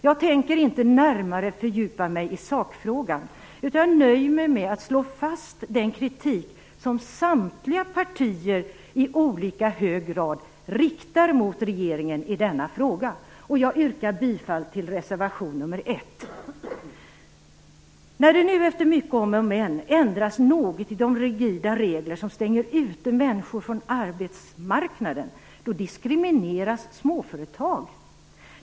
Jag tänker inte närmare fördjupa mig i sakfrågan, utan nöjer mig med att slå fast den kritik som samtliga partier i olika hög grad riktar mot regeringen i denna fråga. Jag yrkar bifall till reservation nr 1. När det nu efter mycket om och men ändras något i de rigida regler som stänger ute människor från arbetsmarknaden diskrimineras småföretag.